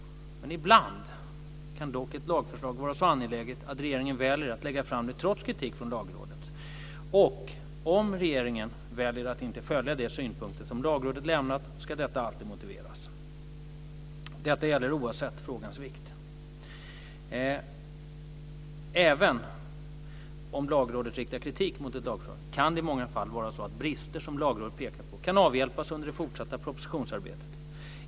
Ibland kan dock ett lagförslag vara så angeläget att regeringen väljer att lägga fram det trots kritik från Lagrådet. Om regeringen väljer att inte följa de synpunkter som Lagrådet lämnat ska detta alltid motiveras. Detta gäller oavsett frågans vikt. Även om Lagrådet riktar kritik mot ett lagförslag kan det i många fall vara så att brister som Lagrådet pekat på kan avhjälpas under det fortsatta propositionsarbetet.